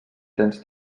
tens